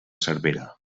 cervera